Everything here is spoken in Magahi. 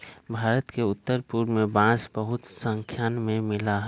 भारत के उत्तर पूर्व में बांस बहुत स्नाख्या में मिला हई